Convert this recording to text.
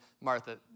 Martha